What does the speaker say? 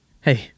hey